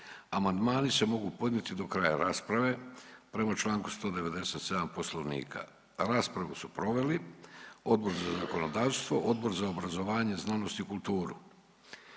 amandmani se mogu podnijet do kraja rasprave. Raspravu su proveli Odbor za zakonodavstvo i Odbor za obrazovanje, znanost i kultura.